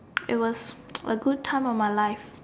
it was a good time of my life